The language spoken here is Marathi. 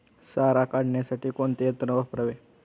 सारा काढण्यासाठी कोणते यंत्र वापरावे?